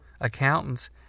accountants